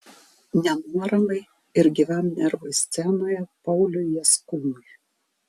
nenuoramai ir gyvam nervui scenoje pauliui jaskūnui